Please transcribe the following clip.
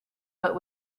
but